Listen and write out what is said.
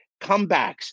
comebacks